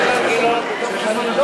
חברי הכנסת אילן גילאון ודב חנין לא